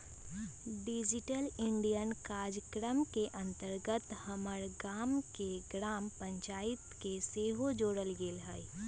digital India काजक्रम के अंतर्गत हमर गाम के ग्राम पञ्चाइत के सेहो जोड़ल गेल हइ